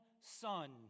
son